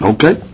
Okay